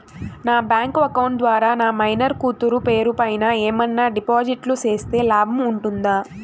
నా bank account ద్వారా నా మైనర్ కూతురు పేరు పైన ఏమన్నా డిపాజిట్లు సేస్తే లాభం ఉంటుందా?